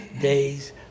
days